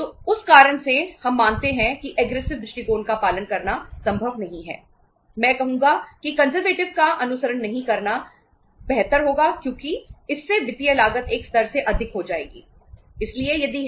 तो उस कारण से हम मानते हैं कि एग्रेसिव कर सकते हैं